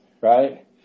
right